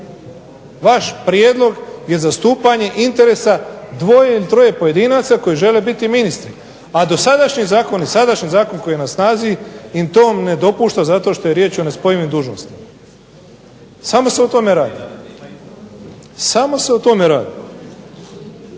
vaš prijedlog je zastupanje interesa dvoje ili troje pojedinaca koji žele biti ministri, a dosadašnji zakoni i sadašnji zakon koji je na snazi im to ne dopušta zato što je riječ o nespojivim dužnostima. Samo se o tome radi. Samo se o tome radi.